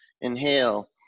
Inhale